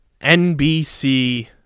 NBC